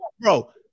Bro